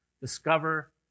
discover